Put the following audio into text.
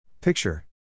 Picture